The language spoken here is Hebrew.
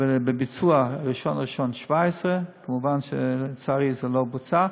ובביצוע 1 בינואר 17'. מובן שלצערי זה לא בוצע.